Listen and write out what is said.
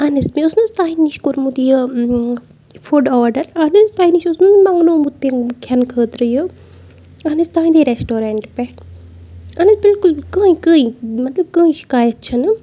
اہن حظ مےٚ اوس نہٕ حظ تۄہہِ نِش کوٚرمُت یہِ فُڈ آرڈَر اہن حظ تۄہہِ نِش اوس نہ حظ منٛگنومُت کھٮ۪نہٕ خٲطرٕ یہِ اہن حظ تُہنٛدے ریسٹورنٹہٕ پٮ۪ٹھ اہن حظ بِلکُل کٕہٕنۍ کٕہٕنۍ مطلب کٕہٕنۍ شِکایت چھنہٕ